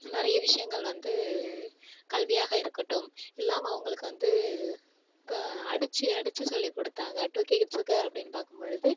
நிறைய விஷயங்கள் வந்து கல்வியாக இருக்கட்டும் இல்லாமல் அவங்களுக்கு வந்து இப்போ அடிச்சு அடிச்சு சொல்லிக்கொடுத்தாங்க டூகே கிட்சுக்கு அப்படின்னு பார்க்கும் பொழுது